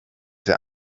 der